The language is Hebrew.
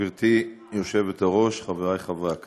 גברתי היושבת-ראש, חבריי חברי הכנסת,